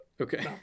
Okay